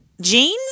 Jeans